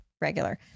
regular